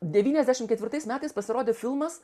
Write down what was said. devyniasdešim ketvirtais metais pasirodė filmas